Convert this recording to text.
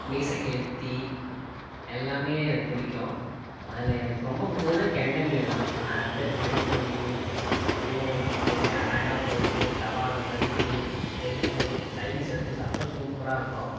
மீசக்கெளுத்தி எல்லாமே எனக்கு பிடிக்கும் அதில் எனக்கு ரொம்ப பிடிச்சதுன்னா கெண்ட மீன்தான் அது அப்டி ஃப்ரை பண்ணி எண்ணெய் ஊற்றி அப்டி அழகா போட்டு தவாவில் வறுத்து எடுத்து சைட்டிஷ் வச்சு சாப்பிட்டா சூப்பராக இருக்கும்